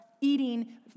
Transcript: eating